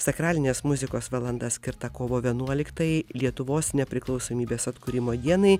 sakralinės muzikos valanda skirta kovo vienuoliktajai lietuvos nepriklausomybės atkūrimo dienai